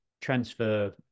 transfer